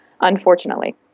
unfortunately